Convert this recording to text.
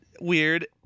weird